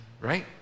right